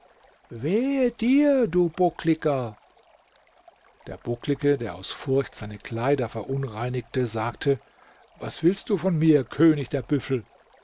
wehe dir du buckliger der bucklige der aus furcht seine kleider verunreinigte sagte was willst du von mir könig der büffel